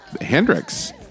Hendrix